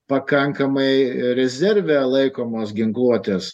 pakankamai rezerve laikomos ginkluotės